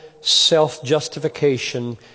self-justification